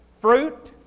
Fruit